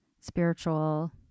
spiritual